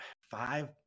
five